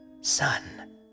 son